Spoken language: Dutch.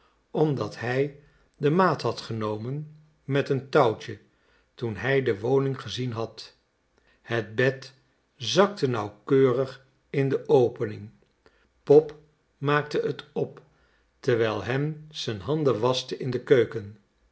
omdat hij de maat had genoemen met een touwtje toen hij de woning gezien had het bed zakte nauwkeurig in de opening pop maakte het op terwijl hen z'n handen waschte in de keuken